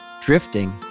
drifting